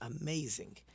amazing